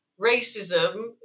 racism